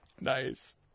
Nice